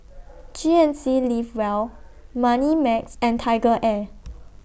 G N C Live Well Moneymax and TigerAir